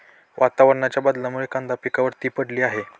वातावरणाच्या बदलामुळे कांदा पिकावर ती पडली आहे